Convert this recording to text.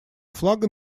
флага